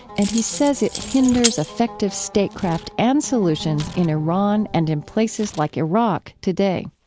and he says it hinders effective statecraft and solutions in iran and in places like iraq today